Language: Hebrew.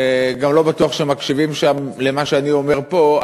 גם לא בטוח שמקשיבים שם למה שאני אומר פה.